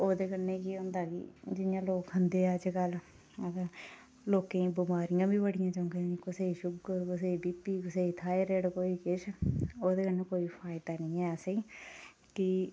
ओह्दे कन्नै केह् होंदा कि जि'यां लोक खंदे अजकल ते लोकें गी बमारियां गै बड़ियां चमका दियां कुसै गी शुगर कुसै गी बीपी कुसै गी थाईरॉयड कोई किश ओह्दे कन्नै कोई फायदा निं ऐ असेंगी भी